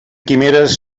quimeres